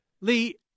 Lee